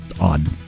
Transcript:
odd